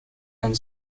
and